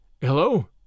Hello